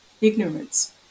ignorance